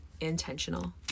intentional